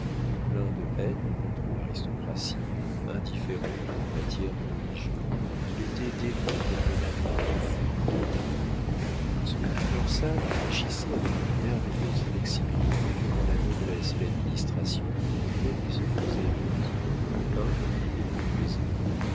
plein de haine contre l'aristocratie indifférent en matière de religion il était dévot comme bonaparte fut montagnard son épine dorsale fléchissait avec une merveilleuse flexibilité devant la noblesse et l'administration pour lesquelles il se faisait petit humble et complaisant